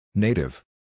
Native